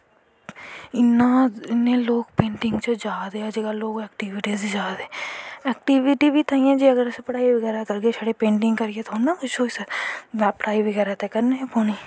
इन्नें लोग पेंटिंग च जा दे ऐं अज्ज कल लोग ऐक्टिविटी च जा दे ऐक्टिविटी बी तां जे अस पढ़ाई बगैरा करगे छड़ी पेंटिंग करियै थोह्ड़े ना कुछ होई सकदा पढ़ाई बगैरा ते करनां गै पौनीं